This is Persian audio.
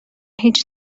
هیچ